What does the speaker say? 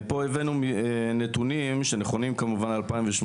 פה הבאנו נתונים שנכונים כמובן ל-2018.